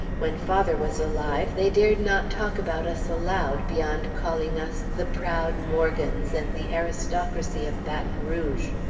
when father was alive, they dared not talk about us aloud, beyond calling us the proud morgans and the aristocracy of baton rouge.